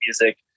music